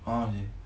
a'ah